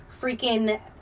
freaking